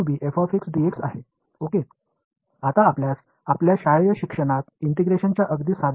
இப்போது உங்கள் பள்ளியில் எளிய ஒருங்கிணைப்பு விதிகளையும் நீங்கள் படித்து இருப்பீர்கள் அவை இந்த ஒருங்கிணைப்பை ஏறக்குறைய செய்வது எப்படி என்பது பற்றியது